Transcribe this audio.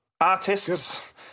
artists